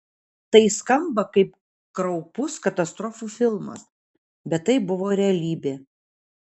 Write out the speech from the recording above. tai skamba kaip kraupus katastrofų filmas bet tai buvo realybė